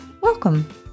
Welcome